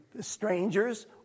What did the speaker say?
strangers